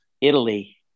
Italy